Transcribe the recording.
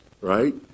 right